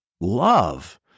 love